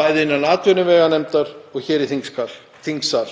bæði innan atvinnuveganefndar og hér í þingsal.